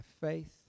faith